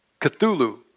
Cthulhu